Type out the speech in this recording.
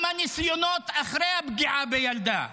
גם הניסיונות, אחרי הפגיעה בילדה,